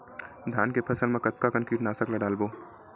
धान के फसल मा कतका कन कीटनाशक ला डलबो?